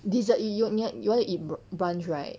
dessert 又面 you want to eat br~ brunch right